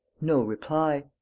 no reply.